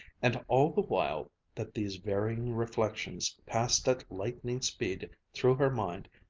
and all the while that these varying reflections passed at lightning speed through her mind,